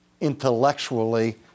intellectually